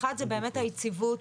האחד זה באמת היציבות